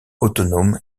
autonome